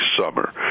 summer